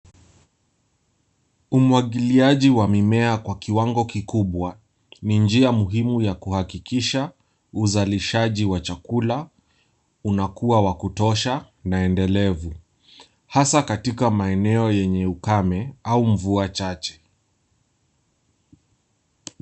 Umwagiliaji wa mimea kwa kiwango kikubwa, ni njia muhimu ya kuhakikisha uzalishaji wa chakula unakuwa wa kutosha na endelevu hasa katika maeneo yenye ukame au mvua chache.